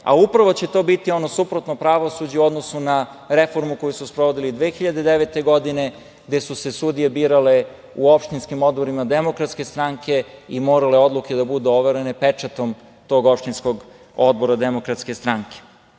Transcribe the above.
A upravo će to biti ono suprotno pravosuđe u odnosu na reformu koju su sprovodili 2009. godine, gde su se Srbije birale u opštinskim odborima DS i morale odluke da budu overene pečatom tog opštinskog odbora DS.Naravno, ta